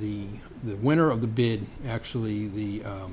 the the winner of the bid actually the